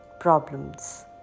Problems